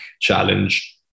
challenge